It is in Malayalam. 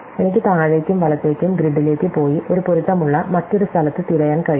എനിക്ക് താഴേയ്ക്കും വലത്തേക്കും ഗ്രിഡിലേക്ക് പോയി ഒരു പൊരുത്തമുള്ള മറ്റൊരു സ്ഥലത്ത് തിരയാൻ കഴിയും